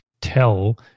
tell